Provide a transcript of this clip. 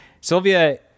Sylvia